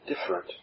different